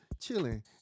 chilling